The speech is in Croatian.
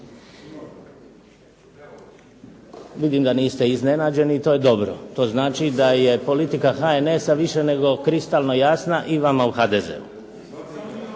Vidim da niste iznenađeni i to je dobro. To znači da je politika HNS-a više nego kristalno jasna i vama u HDZ-u.